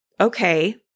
okay